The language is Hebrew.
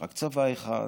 ורק צבא אחד.